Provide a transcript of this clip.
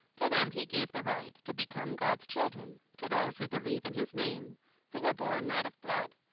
to them he gave the right to become god's children, to those who believe in his name who were born not of blood,